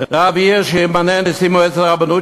רב עיר שימנה נשיא מועצת הרבנות,